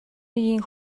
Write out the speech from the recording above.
үеийн